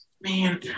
Man